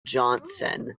johnson